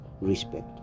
respect